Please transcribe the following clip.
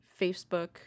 Facebook